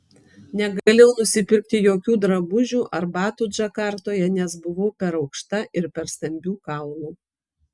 negalėjau nusipirkti jokių drabužių ar batų džakartoje nes buvau per aukšta ir per stambių kaulų